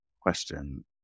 question